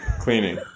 Cleaning